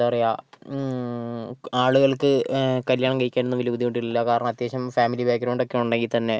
എന്താ പറയുക ആളുകൾക്ക് കല്യാണം കഴിക്കാനൊന്നും വല്യ ബുദ്ധിമുട്ടില്ല കാരണം അത്യാവശ്യം ഫാമിലി ബാക്ക് ഗ്രൗണ്ട് ഉണ്ടെങ്കിൽ തന്നെ